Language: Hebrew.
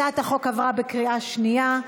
הצעת החוק עברה בקריאה שנייה.